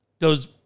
goes